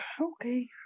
okay